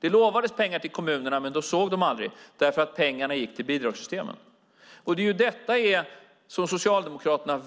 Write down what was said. Det lovades pengar till kommunerna, men du såg dem aldrig därför att pengarna gick till bidragssystemen. Detta vägrar Socialdemokraterna